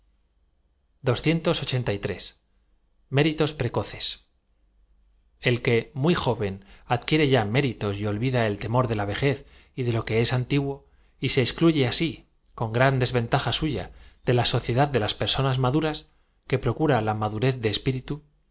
pública éritos precoces e l que m uy joven adquiere y a méritos y olvid a el temor de la v e je z y de lo que es antiguo y se escluye así con gran desventaja suya de la sociedad de las personas maduras que procura la madurez de espiri